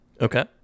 Okay